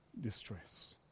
distress